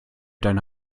deine